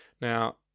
Now